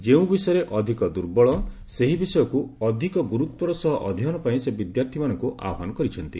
ଯେଉଁ ବିଷୟରେ ଅଧିକ ଦୂର୍ବଳ ସେହି ବିଷୟକୁ ଅଧିକ ଗୁରୁତ୍ୱର ସହ ଅଧ୍ୟୟନ ପାଇଁ ସେ ବିଦ୍ୟାର୍ଥୀମାନଙ୍କୁ ଆହ୍ୱାନ କରିଛନ୍ତି